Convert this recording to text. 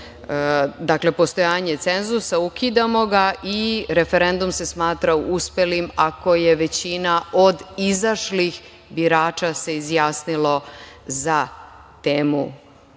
postojanje cenzusa ukidamo ga i referendum se smatra uspelim ako je većina od izašlih birača se izjasnilo za temu